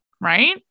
right